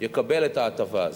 יקבל את ההטבה הזאת.